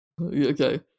Okay